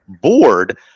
board